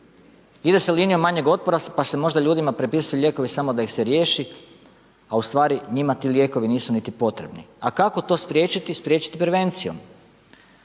Ide se linijom manjeg otpora pa se možda ljudima prepisuju lijekovi samo da ih se riješi, a ustvari njima ti lijekovi nisu niti potrebni. A kako to spriječiti? Spriječiti prevencijom.